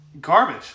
Garbage